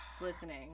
listening